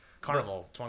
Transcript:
Carnival